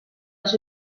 els